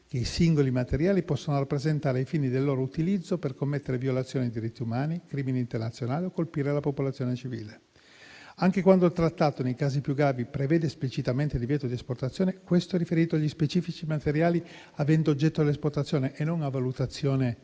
che i singoli materiali possono rappresentare ai fini del loro utilizzo per commettere violazioni dei diritti umani, crimini internazionali o colpire la popolazione civile. Anche quando il Trattato, nei casi più gravi, prevede esplicitamente il divieto di esportazione, questo è riferito agli specifici materiali oggetto dell'esportazione e non a valutazione o